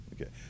okay